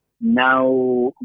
Now